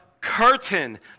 curtain